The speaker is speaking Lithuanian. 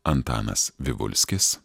antanas vivulskis